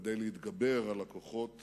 וכדי להתגבר על הכוחות